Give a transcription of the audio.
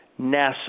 NASA